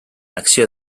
acció